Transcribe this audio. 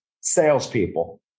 salespeople